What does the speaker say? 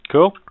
Cool